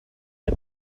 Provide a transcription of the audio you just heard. del